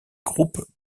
groupes